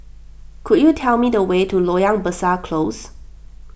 could you tell me the way to Loyang Besar Close